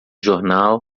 jornal